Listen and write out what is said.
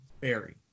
Berry